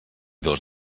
dos